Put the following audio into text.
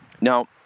Now